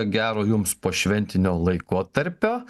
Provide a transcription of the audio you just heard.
gero jums pošventinio laikotarpio